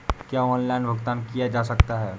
क्या ऑनलाइन भुगतान किया जा सकता है?